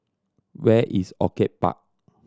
where is Orchid Park